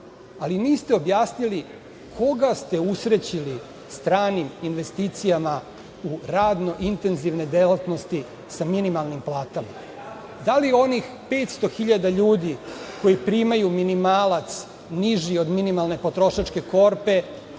ali niste objasnili koga ste usrećili stranim investicijama u radno intenzivne delatnosti sa minimalnim platama, da li onih 500.000 ljudi koji primaju minimalac niži od minimalne potrošačke korpe